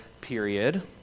period